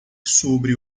sobre